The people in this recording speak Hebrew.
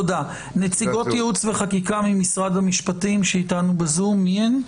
נציגות ייעוץ וחקיקה ממשרד המשפטים שאיתנו בזום מי הן?